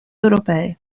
europee